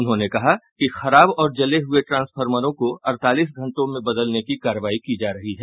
उन्होंने कहा कि खराब और जले हुये ट्रांसफॉरमरों को अड़तालीस घंटों में बदलने की कार्रवाई की जा रही है